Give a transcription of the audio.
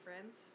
friends